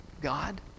God